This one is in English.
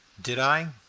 did i?